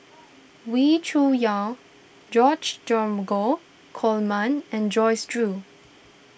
Wee Cho Yaw George Dromgold Coleman and Joyce Jue